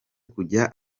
kujya